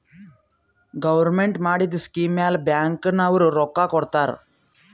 government ಮಾಡಿದು scheme ಮ್ಯಾಲ bank ನವ್ರು ರೊಕ್ಕಾ ಕೊಡ್ತಾರ್